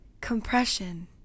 COMPRESSION